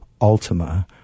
Altima